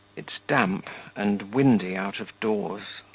it's damp and windy out of doors.